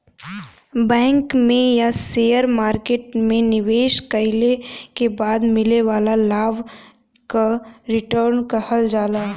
bank में या share market में निवेश कइले के बाद मिले वाला लाभ क रीटर्न कहल जाला